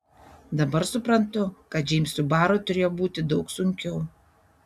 dabar suprantu kad džeimsui barui turėjo būti daug sunkiau